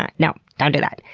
ah you know don't do that.